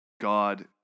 God